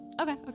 okay